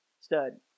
Stud